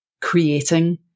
creating